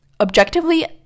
Objectively